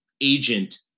agent